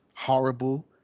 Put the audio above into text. horrible